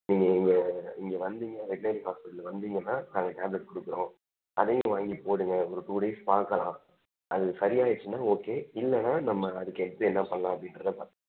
நீங்கள் இங்கே இங்கே வந்தீங்க வெட்னரி ஆஸ்பிட்டல் வந்தீங்கன்னா நாங்கள் டேப்லட் கொடுக்குறோம் அதையும் வாங்கிப் போடுங்க ஒரு டூ டேஸ் பார்க்கலாம் அது சரி ஆயிருச்சுன்னா ஓகே இல்லைன்னா நம்ம அதுக்கு நெக்ஸ்ட் என்னப் பண்ணலாம் அப்படின்றத பார்க்கலாம்